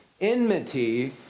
enmity